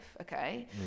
okay